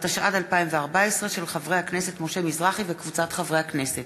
של חבר הכנסת משה מזרחי וקבוצת חברי הכנסת,